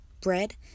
bread